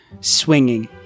swinging